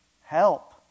Help